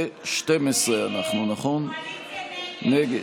כן, כן,